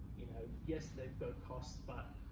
you know yes, they've cost but